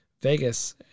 Vegas